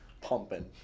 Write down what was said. pumping